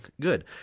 good